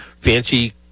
fancy